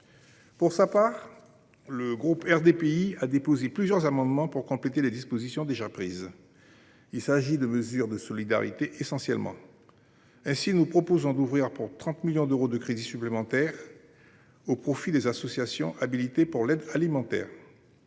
Pour sa part, le groupe RDPI a déposé plusieurs amendements visant à compléter les dispositions déjà prises. Il s’agit essentiellement de mesures de solidarité. Ainsi, nous proposons 30 millions d’euros de crédits supplémentaires au profit des associations habilitées pour l’aide alimentaire.